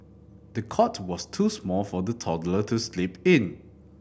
the cot was too small for the toddler to sleep in